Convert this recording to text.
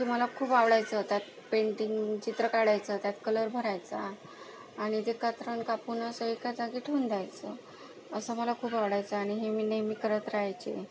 की मला खूप आवडायचं त्यात पेंटिंग चित्र काढायचं त्यात कलर भरायचा आणि ते कात्रण कापून असं एका जागी ठेऊन द्यायचं असं मला खूप आवडायचं आणि हे मी नेहमी करत रहायची